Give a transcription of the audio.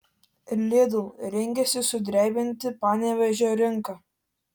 lidl rengiasi sudrebinti panevėžio rinką